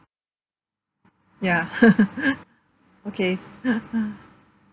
ya okay